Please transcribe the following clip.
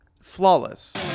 flawless